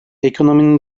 ekonominin